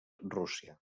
rússia